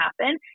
happen